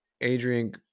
Adrian